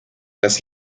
das